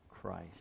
christ